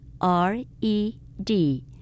R-E-D